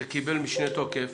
זה קיבל משנה תוקף